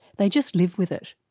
they just live with it.